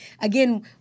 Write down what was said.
again